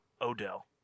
Odell